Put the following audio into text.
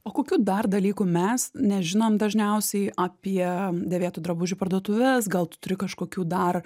o kokių dar dalykų mes nežinom dažniausiai apie dėvėtų drabužių parduotuves gal tu turi kažkokių dar